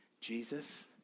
Jesus